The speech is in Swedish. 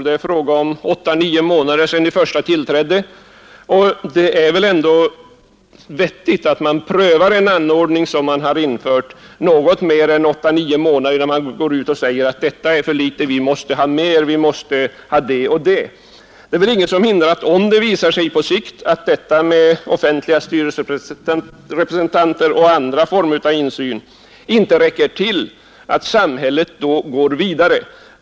Det är åtta nio månader sedan de första representanterna tillträdde, och det är väl ändå vettigt att pröva en ordning som införts för bara något mer än åtta nio månader sedan, innan man går ut och säger att detta är för litet och att vi måste ha mer, att vi måste ha det och det. Det är väl inget som hindrar att, om det på sikt visar sig att detta system med offentliga styrelserepresentanter och andra former av insyn inte räcker till, samhället då går vidare.